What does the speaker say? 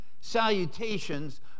salutations